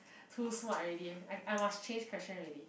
too smart already I I must change question already